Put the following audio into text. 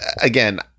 again